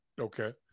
Okay